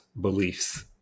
beliefs